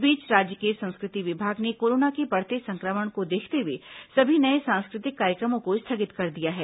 इस बीच राज्य के संस्कृति विभाग ने कोरोना के बढ़ते संक्रमण को देखते हुए सभी नये सांस्कृतिक कार्यक्रमों को स्थगित कर दिया है